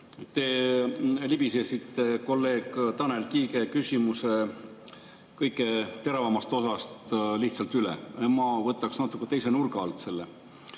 Te libisesite kolleeg Tanel Kiige küsimuse kõige teravamast osast lihtsalt üle. Ma võtaks natuke teise nurga alt.